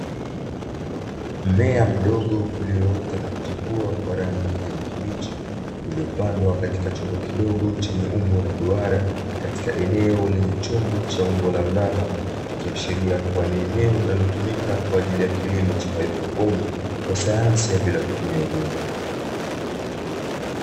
Mmea mdogo ulioota na kuchipua kwa rangi ya kijani kibichi, uliopandwa katika chombo kidogo chenye umbo, la duara eneo enye chombo cha umbo mraba ikiashiria kua ni eneo linalotumika kwaajili, ya kilimo cha hydroponi kwa sayansi ya bila kutumia udongo